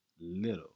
little